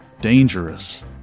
dangerous